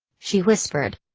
she whispered.